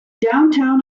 downtown